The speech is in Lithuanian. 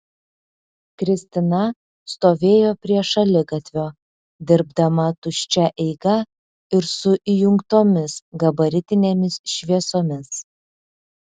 kristina stovėjo prie šaligatvio dirbdama tuščia eiga ir su įjungtomis gabaritinėmis šviesomis